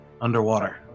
underwater